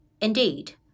Indeed